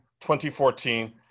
2014